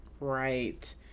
Right